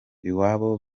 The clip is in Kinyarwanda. iwabo